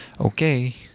Okay